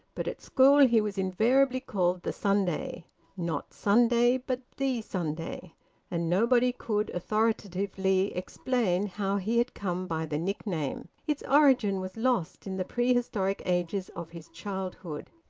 but at school he was invariably called the sunday not sunday, but the sunday and nobody could authoritatively explain how he had come by the nickname. its origin was lost in the prehistoric ages of his childhood.